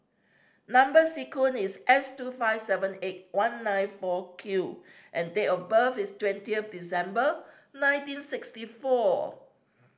number sequence is S two five seven eight one nine four Q and date of birth is twentieth December nineteen sixty four